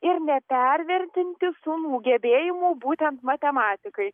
ir nepervertinti sūnų gebėjimų būtent matematikai